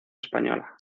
española